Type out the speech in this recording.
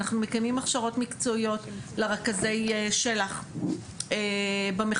אנחנו מקיימים הכשרות מקצועיות לרכזי שלח במחוזות,